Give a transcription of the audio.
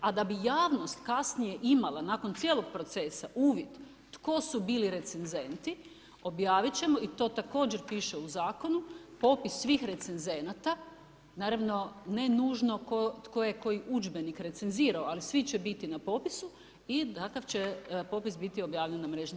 A da bi javnost kasnije imala, nakon cijelog procesa, uvid, tko su bili recenzenti, objaviti ćemo i to također piše u zakonu, popis svih recenzenata naravno ne nužno tko je koji udžbenik recenzirao, ali svi će biti na popisu i takav će popis biti objavljen na mrežnoj stranici.